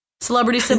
celebrity